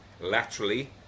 laterally